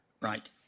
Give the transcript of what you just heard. Right